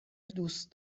دوست